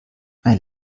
eine